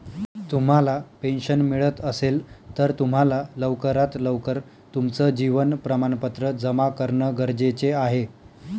तुम्हाला पेन्शन मिळत असेल, तर तुम्हाला लवकरात लवकर तुमचं जीवन प्रमाणपत्र जमा करणं गरजेचे आहे